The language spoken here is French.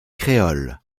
créole